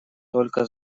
только